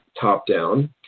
top-down